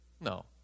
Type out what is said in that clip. No